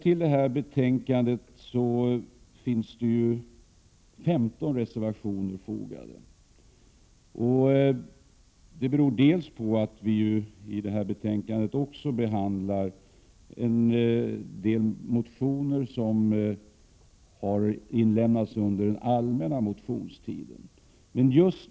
Till detta betänkande finns fogade 15 reservationer, och det beror på att vii betänkandet också behandlar några motioner från den allmänna motionstiden.